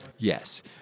Yes